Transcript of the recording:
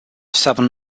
seven